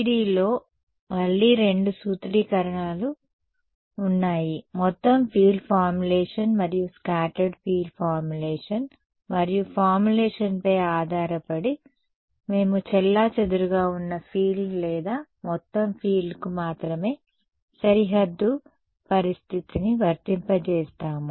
FDTDలో మళ్లీ రెండు సూత్రీకరణలు ఉన్నాయి మొత్తం ఫీల్డ్ ఫార్ములేషన్ మరియు స్కాటర్డ్ ఫీల్డ్ ఫార్ములేషన్ మరియు ఫార్ములేషన్పై ఆధారపడి మేము చెల్లాచెదురుగా ఉన్న ఫీల్డ్ లేదా మొత్తం ఫీల్డ్కు మాత్రమే సరిహద్దు పరిస్థితిని వర్తింపజేస్తాము